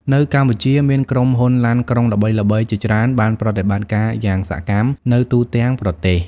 នៅកម្ពុជា មានក្រុមហ៊ុនឡានក្រុងល្បីៗជាច្រើនបានប្រតិបត្តិការយ៉ាងសកម្មនៅទូទាំងប្រទេស។